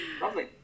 Lovely